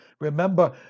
Remember